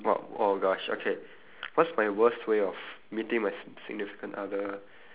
what oh gosh okay what's my worst way of meeting my sig~ significant other